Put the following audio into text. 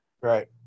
Right